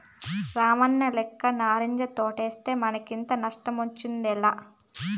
రామన్నలెక్క నారింజ తోటేస్తే మనకింత నష్టమొచ్చుండేదేలా